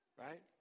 right